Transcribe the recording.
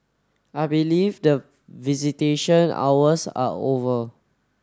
I believe that visitation hours are over